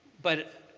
but